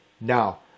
Now